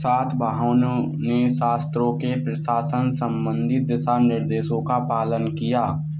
सत्यवानों ने शस्त्रों के प्रशासन संबंधी दिशा निर्देशों का पालन किया